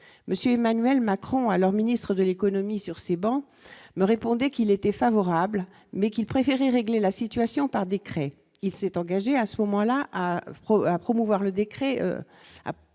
monsieur Emmanuel Macron, alors ministre de l'économie, sur ces bancs me répondaient qu'il était favorable, mais qu'il préférait régler la situation par décret, il s'est engagé à ce moment-là à propos à promouvoir le décret